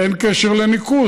אין קשר לניקוז,